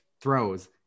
throws